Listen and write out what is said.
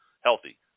healthy